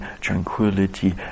tranquility